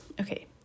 okay